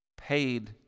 paid